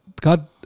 God